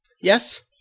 Yes